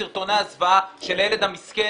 וצריך לעצור את סרטוני הזוועה של הילד המסכן